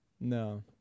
No